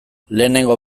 lehenengo